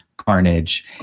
carnage